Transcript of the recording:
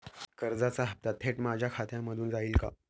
कर्जाचा हप्ता थेट माझ्या खात्यामधून जाईल का?